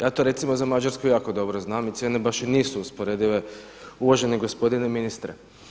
Ja to recimo za Mađarsku jako dobro znam i cijene i baš i nisu usporedive uvaženi gospodine ministre.